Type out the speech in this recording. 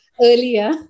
earlier